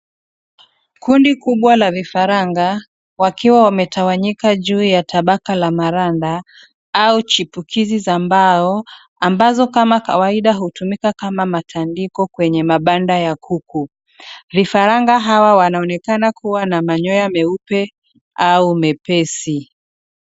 Kundi kubwa la vifaranga wakiwa wametawanyika juu ya tabaka la maranda au chipukizi za mbao ambazo kama kawaida hutumika kama matandiko kwenye mabanda ya kuku . Vifaranga hawa wanaonekana kuwa na manyoya meupe au mepesi.